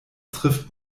trifft